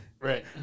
Right